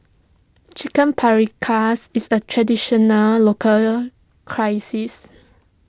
Chicken Paprikas is a traditional local crisis